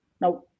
Now